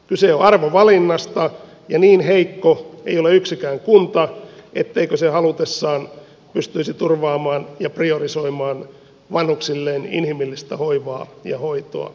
kyse on arvovalinnasta ja niin heikko ei ole yksikään kunta ettei se halutessaan pystyisi turvaamaan ja priorisoimaan vanhuksilleen inhimillistä hoivaa ja hoitoa